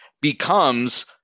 becomes